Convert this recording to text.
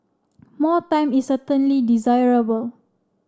more time is certainly desirable